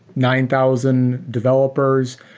nine thousand developers.